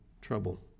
trouble